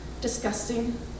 disgusting